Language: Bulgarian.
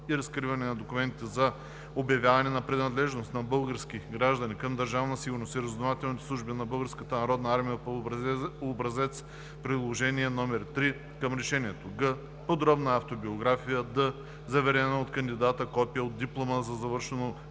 разкриване на документите и за обявяване на принадлежност на български граждани към Държавна сигурност и разузнавателните служби на Българската народна армия по образец – приложение № 3 към решението; г) подробна автобиография; д) заверено от кандидата копие от диплома за завършено